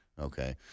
Okay